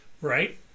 right